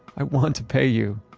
i want to pay you,